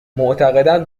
معتقدم